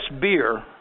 beer